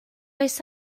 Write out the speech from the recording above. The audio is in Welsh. oes